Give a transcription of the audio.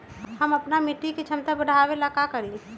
हम अपना मिट्टी के झमता बढ़ाबे ला का करी?